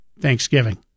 Thanksgiving